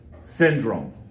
syndrome